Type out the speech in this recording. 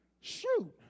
Shoot